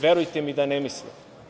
Verujte mi da ne misle.